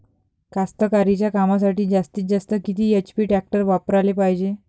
कास्तकारीच्या कामासाठी जास्तीत जास्त किती एच.पी टॅक्टर वापराले पायजे?